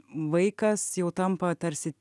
vaikas jau tampa tarsi